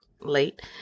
late